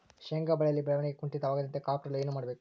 ಶೇಂಗಾ ಬೆಳೆಯಲ್ಲಿ ಬೆಳವಣಿಗೆ ಕುಂಠಿತವಾಗದಂತೆ ಕಾಪಾಡಲು ಏನು ಮಾಡಬೇಕು?